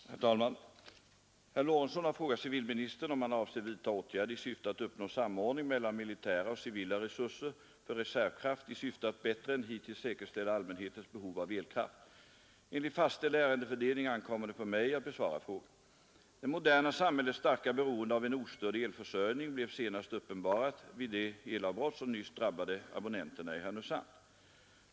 Om åtgärder f ör ar Herr talman! Herr Lorentzon har frågat civilministern om han avser bättre säkerställa vidta åtgärder i syfte att uppnå samordning mellan militära och civila RA en reseryelkraft resurser för reservkraft i syfte att bättre än hittills säkerställa allmänhetens tillgång på elkraft. Enligt fastställd ärendefördelning ankommer det på mig att besvara frågan. Det moderna samhällets starka beroende av en ostörd elförsörjning blev senast uppenbarat vid det elavbrott som nyss drabbade abonnenterna i Härnösand.